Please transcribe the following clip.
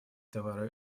товары